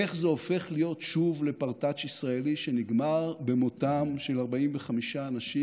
איך זה הופך להיות שוב לפרטאץ' ישראלי שנגמר במותם של 45 אנשים,